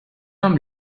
homme